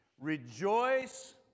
Rejoice